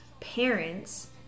parents